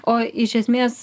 o iš esmės